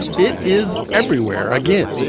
it is everywhere again.